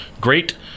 great